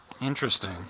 Interesting